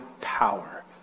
power